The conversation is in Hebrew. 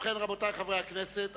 רבותי חברי הכנסת,